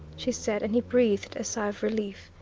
she said, and he breathed a sigh of relief.